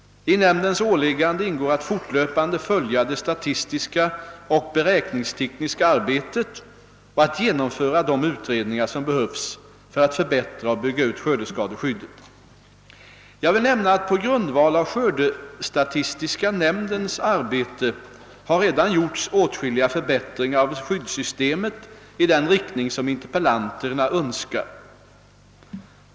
I nämndens åligganden ingår att fortlöpande följa det statistiska och beräkningstekniska arbetet och att genomföra de utredningar som behövs för att förbättra och bygga ut skördeskadeskyddet. Jag vill nämna att på grundval av skördestatistiska nämndens arbete har redan gjorts åtskilliga förbättringar av skyddssystemet i den riktning som interpellanterna önskar.